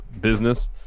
business